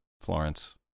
Florence